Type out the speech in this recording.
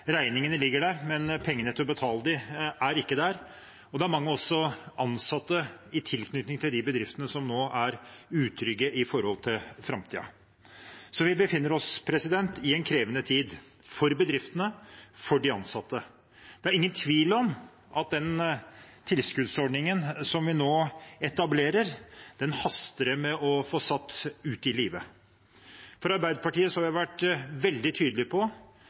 regningene ligger der, men at pengene til å betale dem ikke er der. Det er også mange ansatte med tilknytning til de bedriftene som nå er utrygge med tanke på framtiden. Så vi befinner oss i en krevende tid – for bedriftene, for de ansatte. Det er ingen tvil om at den tilskuddsordningen som vi nå etablerer, haster det med å få satt ut i live. Fra Arbeiderpartiets side har vi vært veldig tydelige på